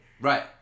Right